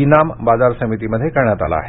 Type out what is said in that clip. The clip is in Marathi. ई नाम बाजार समिती मध्ये करण्यात आला आहे